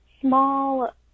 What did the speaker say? small